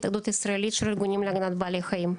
התאחדות ישראלית של ארגונים להגנת בעלי חיים.